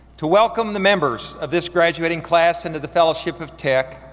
to welcome the members of this graduating class into the fellowship of tech,